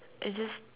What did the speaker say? it is